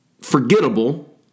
forgettable